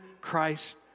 Christ